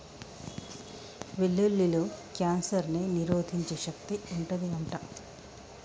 వెల్లుల్లిలో కాన్సర్ ని నిరోధించే శక్తి వుంటది అంట